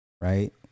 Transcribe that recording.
Right